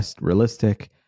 realistic